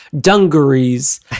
dungarees